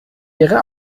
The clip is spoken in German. ihre